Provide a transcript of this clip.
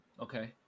Okay